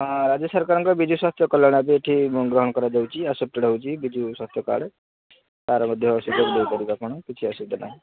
ହଁ ରାଜ୍ୟ ସରକାରଙ୍କ ବିଜୁ ସ୍ୱାସ୍ଥ୍ୟ କଲ୍ୟାଣ ଏବେ ଏଠି ଗ୍ରହଣ କରାଯାଉଛି ଆସେପ୍ଟେଡ଼୍ ହେଉଛି ବିଜୁ ସ୍ୱାସ୍ଥ୍ୟ କାର୍ଡ଼୍ ତାର ମଧ୍ୟ ଦେଇପାରିବେ ଆପଣ କିଛି ଅସୁବିଧା ନାହିଁ